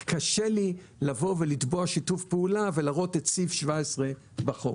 כי קשה לי לבוא ולתבוע שיתוף פעולה ולהראות את סעיף 17 בחוק.